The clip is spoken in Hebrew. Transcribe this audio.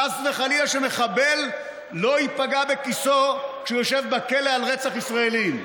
חס וחלילה שמחבל לא ייפגע בכיסו כשהוא יושב בכלא על רצח ישראלים.